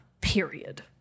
period